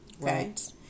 Right